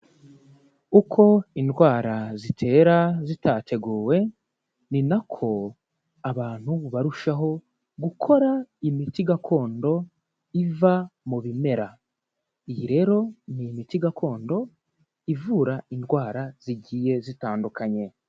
Uko indwara zitera zitateguwe ni nako abantu barushaho gukora imiti gakondo iva mu bimera, iyi rero ni imiti gakondo ivura indwara zigiye zitandukanye.